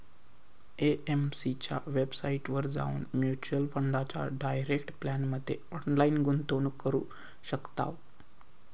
AMC च्या वेबसाईटवर जाऊन म्युच्युअल फंडाच्या डायरेक्ट प्लॅनमध्ये ऑनलाईन गुंतवणूक करू शकताव